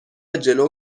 جلو